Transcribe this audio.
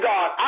God